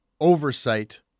oversight